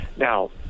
Now